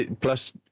plus